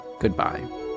goodbye